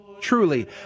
Truly